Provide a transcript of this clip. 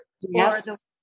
Yes